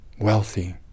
Wealthy